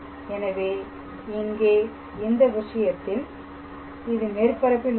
எனவே இங்கே இந்த விஷயத்தில் இது மேற்பரப்பில் உள்ளது